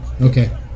okay